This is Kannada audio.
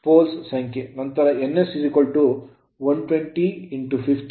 ನಂತರ ns 120 50 4